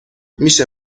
میشه